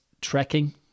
trekking